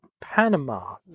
Panama